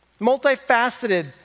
Multifaceted